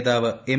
നേതാവ് എം